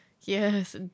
Yes